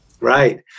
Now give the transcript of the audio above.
Right